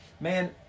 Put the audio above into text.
man